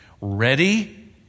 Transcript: ready